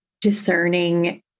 discerning